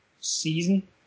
season